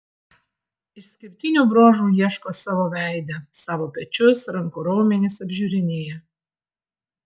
išskirtinių bruožų ieško savo veide savo pečius rankų raumenis apžiūrinėja